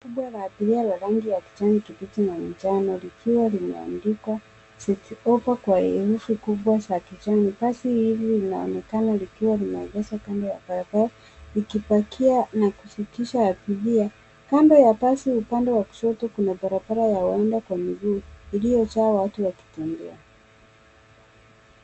Basi kubwa la abiria la rangi ya kijani kibichi na manjano likiwa limeandikwa Citi Hoppa kwa herufi kubwa za kijani. Basi hili linaonekana likiwa limeegeshwa kando ya barabara likipakia na kushukisha abiria. Kando ya basi upande wa kushoto kuna barabara ya waenda kwa miguu iliyojaa watu wakitembea.